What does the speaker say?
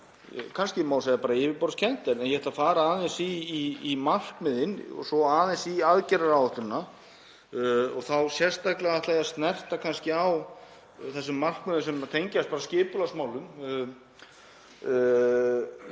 kannski má segja yfirborðskennt en ég ætla að fara aðeins í markmiðin og svo aðeins í aðgerðaáætlunina og þá sérstaklega ætla ég að snerta á þessum markmiðum sem tengjast skipulagsmálum